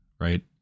right